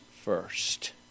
first